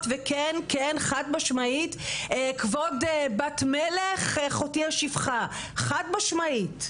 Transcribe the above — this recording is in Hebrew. וכן כן חד משמעית כבוד בת מלך אחותי השפחה חד משמעית.